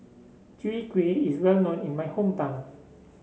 Chwee Kueh is well known in my hometown